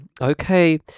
Okay